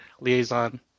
liaison